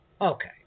Okay